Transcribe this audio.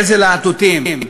איזה להטוטים?